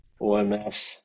OMS